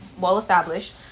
well-established